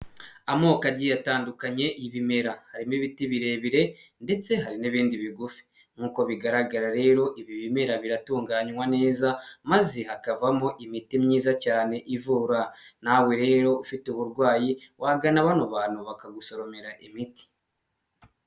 Amoko agiye atandukanye y'ibimera harimo ibiti birebire ndetse n'ibindi bigufi nkuko bigaragara rero ibi bimera biratunganywa neza maze hakavamo imiti myiza cyane ivura, nawe rero ufite uburwayi wagana bano bantu bakagusoromera imiti.